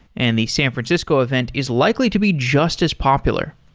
and the san francisco event is likely to be just as popular.